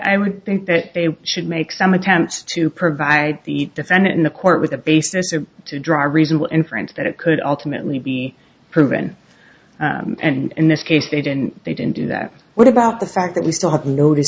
i would think that they should make some attempt to provide the defendant in the court with a basis to draw reasonable inference that it could ultimately be proven and in this case they didn't they didn't do that what about the fact that we